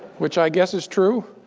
which i guess is true.